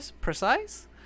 precise